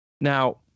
Now